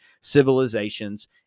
civilizations